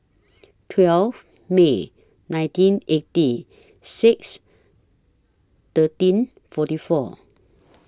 twelve May nineteen eighty six thirteen forty four